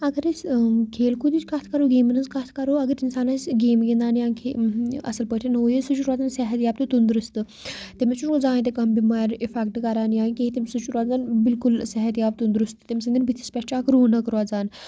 اگر أسۍ کھیل کوٗدٕچ کَتھ کَرو گیمَن ہٕنٛز کَتھ کَرو اگر اِنسان آسہِ گیمہٕ گِنٛدان یا کھے اَصٕل پٲٹھۍ ہُہ یہِ سُہ چھِ روزان صحتیاب تہٕ تُنٛدرُستہٕ تٔمِس چھُنہٕ زانٛہہ ہَے تہِ کانٛہہ بٮ۪مارِ اِفٮ۪کٹ کَران یا کینٛہہ سُہ چھُ روزان بالکل صحتیاب تنٛدرُستہٕ تمۍ سٕنٛدٮ۪ن بٔتھِس پٮ۪ٹھ چھُ اَکھ رونق روزان